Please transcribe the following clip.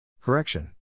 Correction